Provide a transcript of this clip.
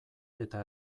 eta